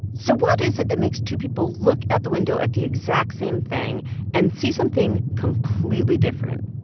so what is it that makes two people look out the window at the exact same thing and see something completely different?